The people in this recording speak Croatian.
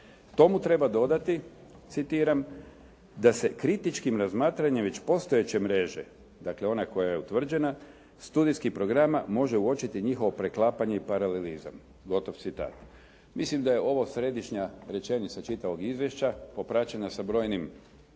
Tomu treba dodati citiram da se kritičkim razmatranjem već postojeće mreže, dakle one koja je utvrđena studijskih programa može uočiti njihovo preklapanje i paralelizam.“ Gotov citat. Mislim da je ovo središnja rečenica čitavog izvješća popraćena sa brojnim